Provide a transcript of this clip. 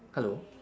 hello